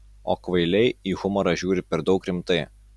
o kvailiai į humorą žiūri per daug rimtai